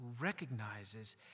recognizes